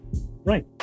Right